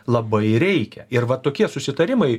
labai reikia ir va tokie susitarimai